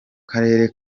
karere